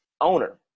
owner